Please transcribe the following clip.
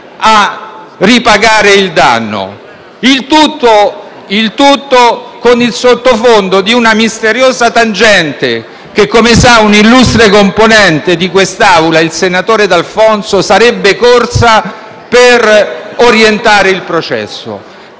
a ripagare il danno, il tutto con il sottofondo di una misteriosa tangente che, come sa un illustre componente di quest'Aula, il senatore D'Alfonso, sarebbe occorsa per orientare il processo.